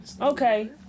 okay